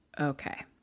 Okay